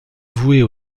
vouer